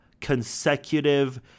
consecutive